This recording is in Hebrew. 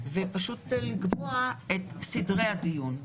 ופשוט לקבוע את סדרי הדיון.